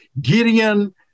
Gideon